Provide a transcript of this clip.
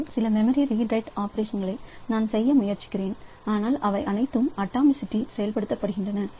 ஆனால் சில memory read write ஆபரேஷன்களைmemory read write operation நான் செய்ய முயற்சிக்கிறேன் ஆனால் அவை அனைத்தும் அட்டாமி சிட்டி செயல்படுத்தப்படுகின்றன